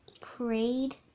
Prayed